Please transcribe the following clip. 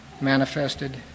manifested